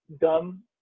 dumb